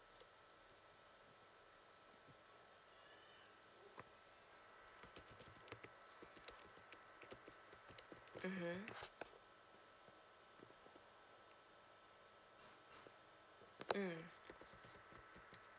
mmhmm mm